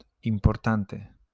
importante